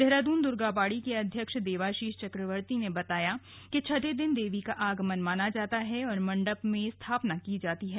देहरादून दुर्गाबाड़ी के अध्यक्ष देवाशीष चक्रवती बताते हैं कि छठे दिन देवी का आगमन माना जाता है और मंडप में स्थापना की जाती है